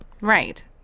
Right